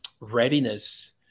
readiness